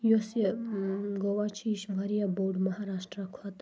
یۄس یہِ گوٚوا چھِ یہِ چھِ واریاہ بوٚڈ مَہراشٹرا کھۄتہٕ